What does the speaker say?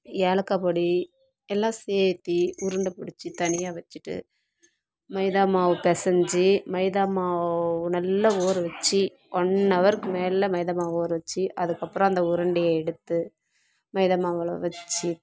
ஏலக்காய் பொடி எல்லாம் சேர்த்தி உருண்ட புடிச்சு தனியாக வச்சுட்டு மைதா மாவு பெசஞ்சு மைதா மாவு நல்லா ஊற வச்சு ஒன் அவருக்கு மேலே மைதா மாவு ஊற வச்சு அதுக்கப்புறம் அந்த உருண்டையை எடுத்து மைதா மாவில் வச்சு